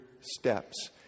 steps